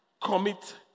commit